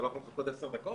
אתה לא יכול לחכות עשר דקות?